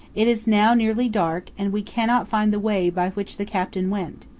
it is now nearly dark, and we cannot find the way by which the captain went,